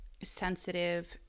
sensitive